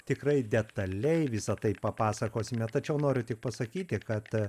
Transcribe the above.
tikrai detaliai visa tai papasakosime tačiau noriu tik pasakyti kad